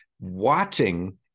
watching